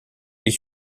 est